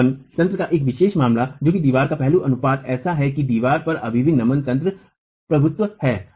इस नमन यंत्र का एक विशेष मामला है जो कि दीवार का पहलू अनुपात ऐसा है कि दीवार पर अभी भी नमन तंत्र प्रभुत्व है